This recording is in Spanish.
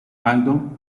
aldo